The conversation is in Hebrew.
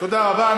תודה רבה.